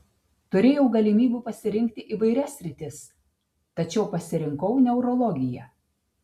turėjau galimybių pasirinkti įvairias sritis tačiau pasirinkau neurologiją